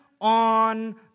on